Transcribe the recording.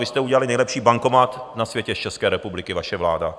Vy jste udělali nejlepší bankomat na světě z České republiky, vaše vláda!